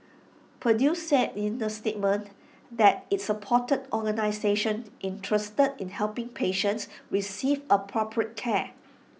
purdue said in the statement that IT supported organisations interested in helping patients receive appropriate care